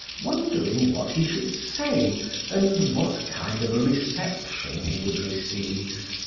wondering what he should say and what kind of a reception he would receive.